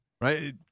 Right